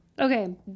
Okay